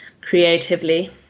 creatively